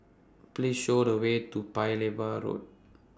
Please Show The Way to Paya Lebar Road